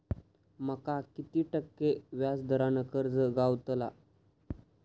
माका किती टक्के व्याज दरान कर्ज गावतला?